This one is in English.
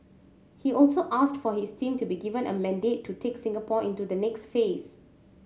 he also asked for his team to be given a mandate to take Singapore into the next phase